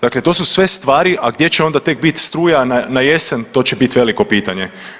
Dakle, to su sve stvari a gdje će onda tek biti struja na jesen to će biti veliko pitanje.